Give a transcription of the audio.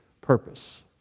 purpose